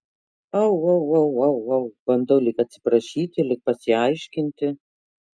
au au au au au bandau lyg atsiprašyti lyg pasiaiškinti